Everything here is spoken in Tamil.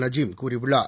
நஜீம்கூறியுள்ளார்